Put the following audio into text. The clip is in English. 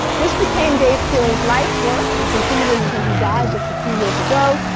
this became dave keeling's life work. he continued it until he died just a few years ago.